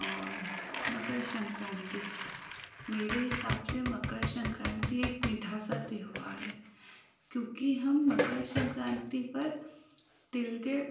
और मकर शंक्रांति मेरे हिसाब से मकर संक्रांति एक मीठा सा त्यौहार है क्योंकि हम मकर संक्रांति पर तिल के